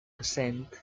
saint